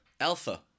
Alpha